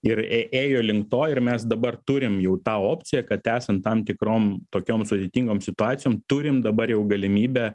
ir ėjo link to ir mes dabar turim jau tą opciją kad esant tam tikrom tokiom sudėtingom situacijom turim dabar jau galimybę